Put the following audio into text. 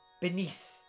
beneath